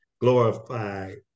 glorified